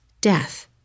death